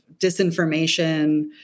disinformation